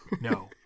no